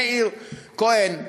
מאיר כהן,